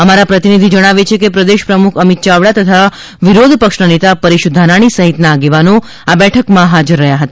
અમારા પ્રતિનિધિ જણાવે છે કે પ્રદેશ પ્રમુખ અમિત ચાવડા તથા વિરોધ પક્ષના નેતા પરેશ ધાનાણી સહિતના આગેવાનો આ બેઠકમાં હાજર હતા